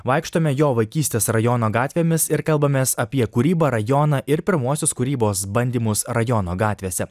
vaikštome jo vaikystės rajono gatvėmis ir kalbamės apie kūrybą rajoną ir pirmuosius kūrybos bandymus rajono gatvėse